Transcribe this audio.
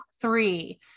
three